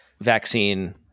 vaccine